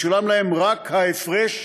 ישולם להם רק ההפרש